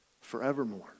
forevermore